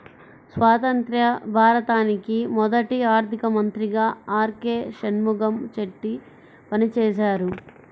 స్వతంత్య్ర భారతానికి మొదటి ఆర్థిక మంత్రిగా ఆర్.కె షణ్ముగం చెట్టి పనిచేసారు